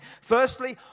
Firstly